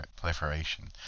proliferation